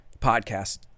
podcast